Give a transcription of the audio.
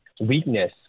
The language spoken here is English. weakness